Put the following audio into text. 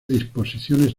disposiciones